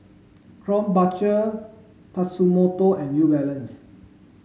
Krombacher Tatsumoto and New Balance